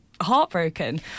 heartbroken